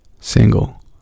single